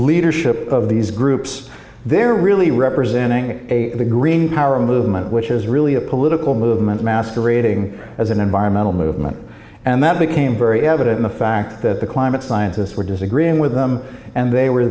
leadership of these groups they're really representing a green power movement which is really a political movement masquerading as an environmental movement and that became very evident in the fact that the climate scientists were disagreeing with them and they were